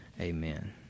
amen